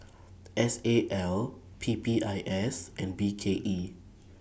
S A L P P I S and B K E